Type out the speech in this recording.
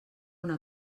una